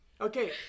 Okay